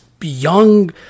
young